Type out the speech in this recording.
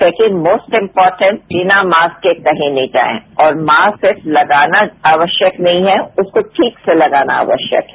second most important बिना mask के कहीं नहीं जाएं और मास्क सिर्फ लगाना आवश्यक नहीं है उसको ठीक से लगाना आवश्यक है